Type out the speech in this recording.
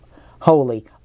holy